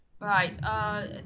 Right